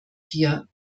hier